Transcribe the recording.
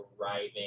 arriving